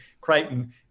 Crichton